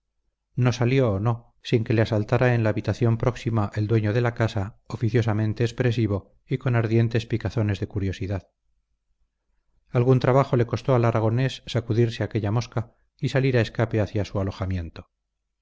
no salió no sin que le asaltara en la habitación próxima el dueño de la casa oficiosamente expresivo y con ardientes picazones de curiosidad algún trabajo le costó al aragonés sacudirse aquella mosca y salir a escape hacia su alojamiento